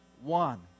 one